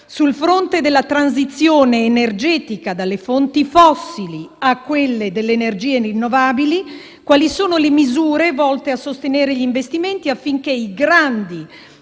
sul fronte della transizione energetica dalle fonti fossili alle energie rinnovabili, si chiede di sapere quali siano le misure volte a sostenere gli investimenti affinché i grandi